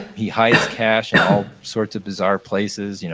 he hides cash in all sorts of bizarre places, you know